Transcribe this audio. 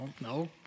no